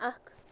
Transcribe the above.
اکھ